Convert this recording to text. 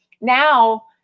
now